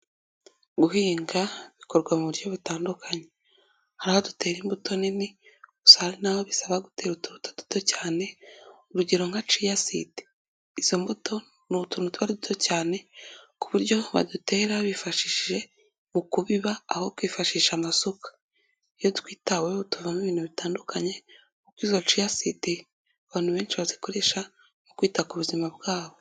Guhinga bikorwa mu buryo butandukanye, hari aho dutera imbuto nini gusa hari n'aho bisaba gutera utubuto duto cyane, urugero nka ceyasidi izo mbuto ni utuntu twa duto cyane, ku buryo badutera bifashishije mu kubiba aho kwifashisha amasuka iyo twitaweho tuvamo ibintu bitandukanye, kukozo ciyasidi abantu benshi bazikoresha mu kwita ku buzima bwabo.